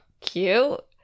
cute